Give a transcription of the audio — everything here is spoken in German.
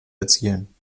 erzielen